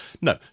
No